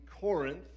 Corinth